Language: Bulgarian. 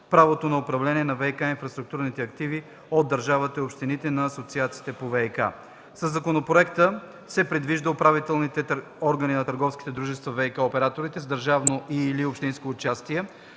правото на управление на ВиК инфраструктурни активи от държавата и общините на Асоциациите по ВиК. Със законопроекта се предвижда управителните органи на търговските дружества – ВиК оператори с държавно и/или общинско участие